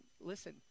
listen